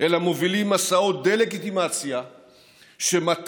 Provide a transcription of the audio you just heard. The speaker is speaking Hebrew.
אלא מובילים מסעות דה-לגיטימציה שמטרתם,